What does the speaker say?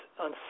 on